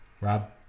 Rob